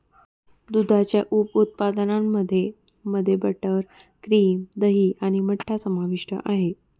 दुधाच्या उप उत्पादनांमध्ये मध्ये बटर, क्रीम, दही आणि मठ्ठा समाविष्ट आहे